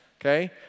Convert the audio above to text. okay